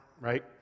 right